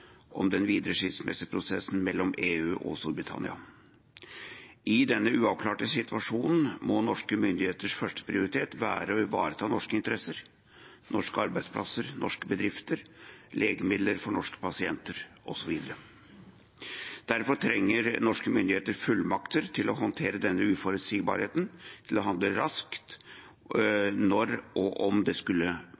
om den videre skilsmisseprosessen mellom EU og Storbritannia. I denne uavklarte situasjonen må norske myndigheters første prioritet være å ivareta norske interesser, norske arbeidsplasser, norske bedrifter, legemidler for norske pasienter osv. Derfor trenger norske myndigheter fullmakter til å håndtere denne uforutsigbarheten, til å handle raskt